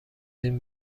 این